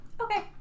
Okay